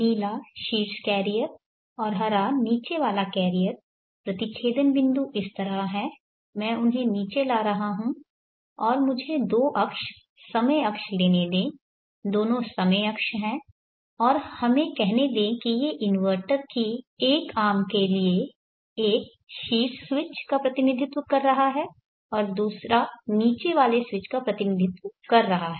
नीला शीर्ष कैरियर और हरा नीचे वाला कैरियर प्रतिच्छेदन बिंदु इस तरह हैं मैं उन्हें नीचे ला रहा हूं और मुझे दो अक्ष समय अक्ष लेने दे दोनों समय अक्ष हैं और हमें कहने दें कि ये इन्वर्टर की एक आर्म के लिए एक शीर्ष स्विच का प्रतिनिधित्व कर रहा है और दूसरा नीचे वाले स्विच का प्रतिनिधित्व कर रहा है